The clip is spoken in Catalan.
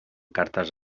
cartes